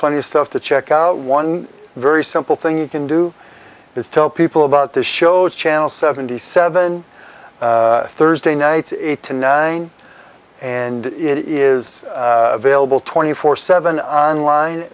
plenty of stuff to check out one very simple thing you can do is tell people about the shows channel seventy seven thursday nights eight to nine and it is vailable twenty four seven on line